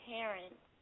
Parents